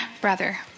brother